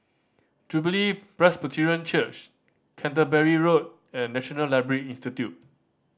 Jubilee Presbyterian Church Canterbury Road and National Library Institute